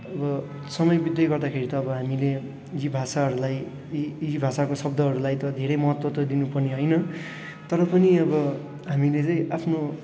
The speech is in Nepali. अब समय बित्दै गर्दाखेरि त अब हामीले यी भाषाहरूलाई यी भाषाका शब्दहरूलाई त धेरै महत्त्व त दिनुपर्ने होइन तर पनि अब हामीले चाहिँ आफ्नो